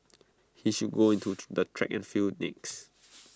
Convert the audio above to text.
he should go into the track and field next